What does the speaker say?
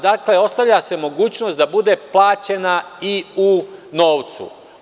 Dakle, ostavlja se mogućnost da bude plaćena i u novcu.